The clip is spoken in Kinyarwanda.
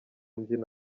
mbyino